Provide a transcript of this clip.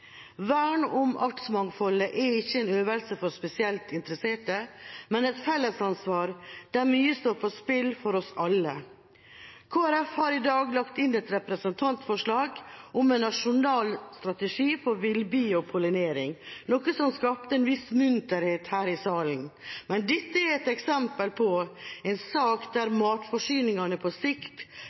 Vern om artsmangfoldet er ikke en øvelse for spesielt interesserte, men et fellesansvar der mye står på spill for oss alle. Kristelig Folkeparti har i dag lagt inn et representantforslag om en nasjonal strategi for villbier og pollinering, noe som skapte en viss munterhet her i salen. Men dette er et eksempel på en sak der matforsyningene på sikt